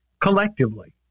collectively